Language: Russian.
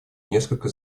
несколько